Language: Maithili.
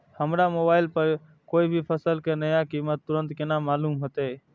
हमरा मोबाइल पर कोई भी फसल के नया कीमत तुरंत केना मालूम होते?